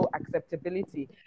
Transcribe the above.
acceptability